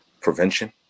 prevention